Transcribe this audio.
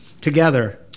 together